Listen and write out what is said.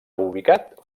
ubicat